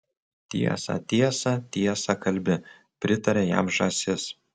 tiesą tiesą tiesą kalbi pritarė jam žąsys